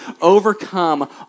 overcome